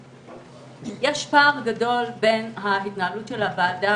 יש פער גדול בין ההתנהלות של הוועדה